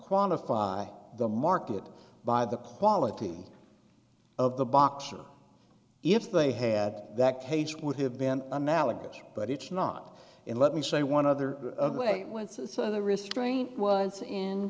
quantify the market by the quality of the box or if they had that cage would have been analogous but it's not in let me say one other way when so the restraint was in